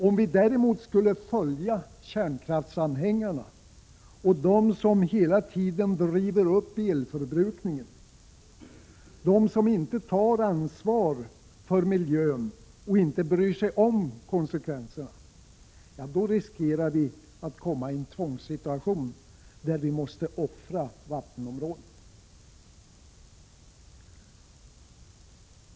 Om vi däremot skulle följa kärnkraftsanhängarna och dem som hela tiden driver upp elförbrukningen — de som inte tar ansvar för miljön och inte bryr sig om konsekvenserna — riskerar vi att komma i en tvångssituation där vi måste offra vattenområden.